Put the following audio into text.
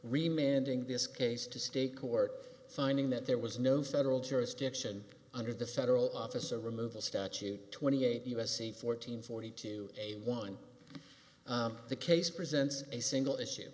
remain ending this case to state court finding that there was no federal jurisdiction under the federal officer removal statute twenty eight u s c fourteen forty two a one the case presents a single issue